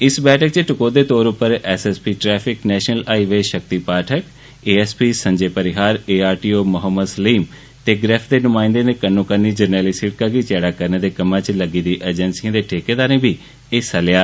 इस बैठक च टकोह्दै तौर उप्पर S S P traffic national highway Shakti Pathak A S P Sanjay Parihar A R T O Mohammad Salim ते ग्रेफ दे नुमांयदे दे कन्नो कन्नी जरनैली सिड़कै गी चैड़ा करने दे कम्मै च लग्गी दी एजेंसिए दे ठेकेदारें बी हिस्सा लैआ